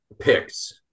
Picks